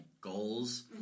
goals